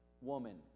woman